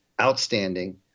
outstanding